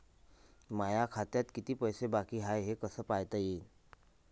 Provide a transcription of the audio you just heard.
माया खात्यात कितीक पैसे बाकी हाय हे कस पायता येईन?